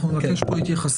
אנחנו נקבל התייחסות.